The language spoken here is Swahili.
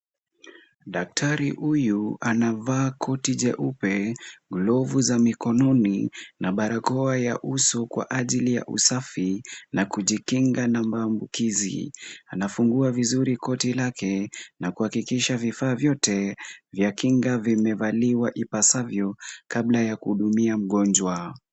Daktari huyu anavaa koti jeupe, glovu za mikononi na barakoa ya uso kwa ajili ya usafi na kujikinga na maambukizi. Anafungua vizuri koti lake na kuhakikisha vifaa vyote vya kinga vimevaliwa ipasavyo, kabla ya kuhudumia mgonjwa.